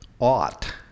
ought